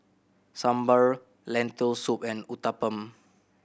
Sambar Lentil Soup and Uthapam